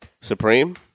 Supreme